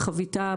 חביתה,